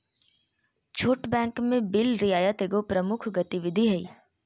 छोट बैंक में बिल रियायत एगो प्रमुख गतिविधि हइ